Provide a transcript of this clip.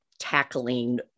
tackling